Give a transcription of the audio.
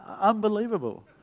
Unbelievable